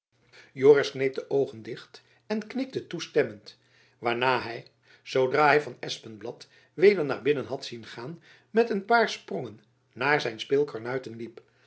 kneep de oogen dicht en knikte toestemmend waarna hy zoodra hy van espenblad weder naar binnen had zien gaan met een paar sprongen naar zijn speelkarnuiten liep